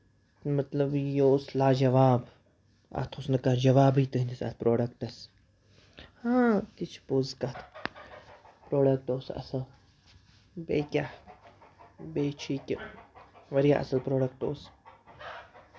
مطلب یہِ اوس لا جَواب اَتھ اوس نہٕ کانٛہہ جَوابٕے تُہٕنٛدِس اَتھ پرٛوڈَکٹَس ہاں یہِ چھُ پوٚز کَتھ پرٛوڈکٹہٕ اوس اَصٕل بیٚیہِ کیٛاہ بیٚیہِ چھُ یہِ کہِ واریاہ اَصٕل پرٛوڈَکٹ اوس